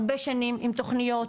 הרבה שנים עם תוכניות,